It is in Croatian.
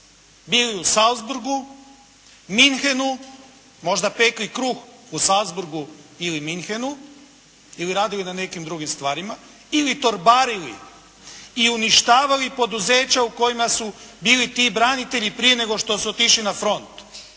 bili u Salzburgu, Münchenu, možda pekli kruh u Salzburgu ili Münchenu ili radili na nekim drugim stvarima ili torbarili i uništavali poduzeća u kojima su bili ti branitelji prije nego što su otišli na front.